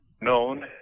known